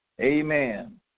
Amen